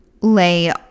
lay